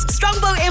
Strongbow